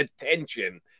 attention